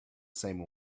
same